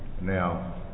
Now